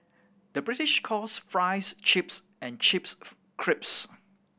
the British calls fries chips and chips crisps